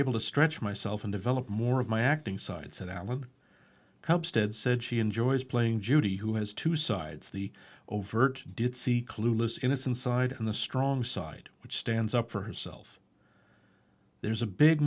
able to stretch myself and develop more of my acting side said allen stead said she enjoys playing judy who has two sides the overt did see clueless innocence side in the strong side which stands up for herself there's a big